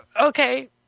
Okay